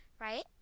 right